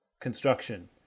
Construction